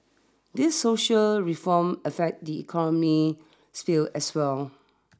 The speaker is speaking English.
these social reforms affect the economic sphere as well